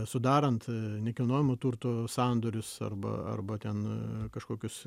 sudarant nekilnojamojo turto sandorius arba arba ten kažkokius